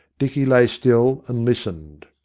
dicky lay still, and listened.